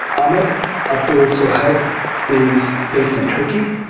ahmed abdolsaheb is based in turkey.